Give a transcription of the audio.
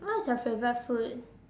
what's your favourite food